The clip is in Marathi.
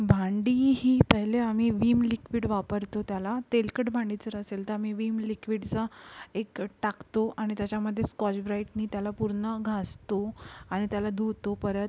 भांडी ही पेहले आम्ही विम लिक्विड वापरतो त्याला तेलकट भांडी जर असेल तर आमी विम लिक्विडचा एक टाकतो आणि त्याच्यामध्ये स्कॉच ब्राईटनी त्याला पूर्ण घासतो आणि त्याला धुतो परत